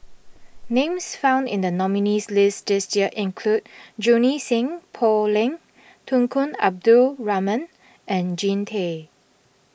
names found in the nominees' list this year include Junie Sng Poh Leng Tunku Abdul Rahman and Jean Tay